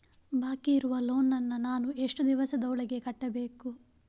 ಬಾಕಿ ಇರುವ ಲೋನ್ ನನ್ನ ನಾನು ಎಷ್ಟು ದಿವಸದ ಒಳಗೆ ಕಟ್ಟಬೇಕು?